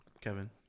Kevin